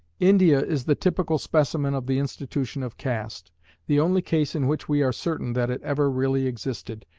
india is the typical specimen of the institution of caste the only case in which we are certain that it ever really existed,